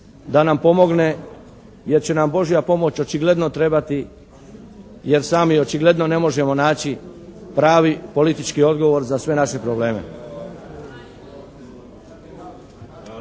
da nam pogne jer će nam Božja pomoć očigledno trebati jer sami očigledno ne možemo naći pravi politički odgovor za sve naše probleme.